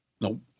No